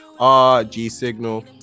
RGSignal